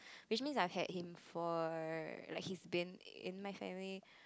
which means I've had him for like he's been in my family